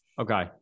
Okay